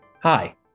Hi